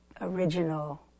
original